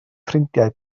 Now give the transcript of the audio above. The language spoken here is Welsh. ffrindiau